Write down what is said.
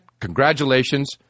congratulations